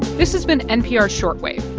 this has been npr short wave.